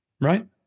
Right